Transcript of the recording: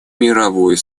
мировой